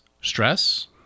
stress